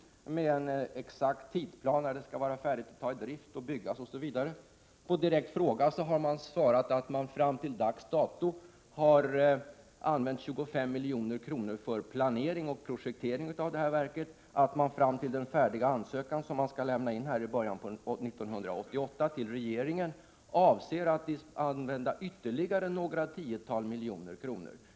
Broschyren innehöll en exakt tidsplan för när kraftverket skall byggas, när det skall vara färdigt att tas i drift osv. På direkt fråga har Vattenfall uppgivit att man fram till dags dato använt 25 milj.kr. för planering och projektering av detta kraftverk. Fram till början av 1988, då man till regeringen skall lämna in den färdiga ansökan, avser Vattenfall att använda ytterligare några tiotal miljoner kronor.